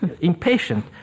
impatient